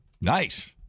Nice